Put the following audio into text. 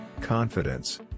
confidence